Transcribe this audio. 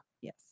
Yes